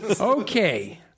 Okay